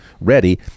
ready